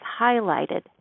highlighted